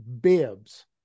bibs